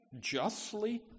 justly